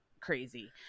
crazy